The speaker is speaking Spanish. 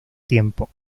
tiempo